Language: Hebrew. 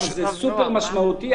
וזה סופר משמעותי.